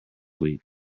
week